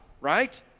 right